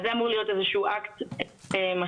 זה אמור להיות איזשהו אקט משלים.